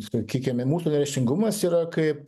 sakykime mūsų neryžtingumas yra kaip